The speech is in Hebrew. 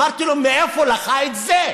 אמרתי לו: מאיפה לך את זה?